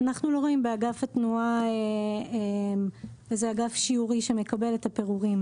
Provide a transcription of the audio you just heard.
אנחנו לא רואים באגף התנועה איזה אגף שיורי שמקבל פירורים.